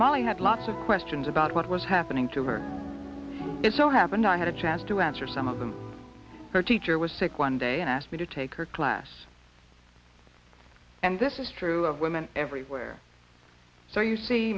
molly had lots of questions about what was happening to her it so happened i had a chance to answer some of them her teacher was sick one day and asked me to take her class and this is true of women everywhere so you see